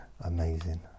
amazing